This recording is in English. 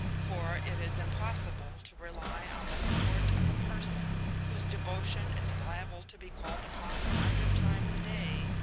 for it is impossible to rely on the support of a person whose devotion is liable to be called upon a hundred times a day,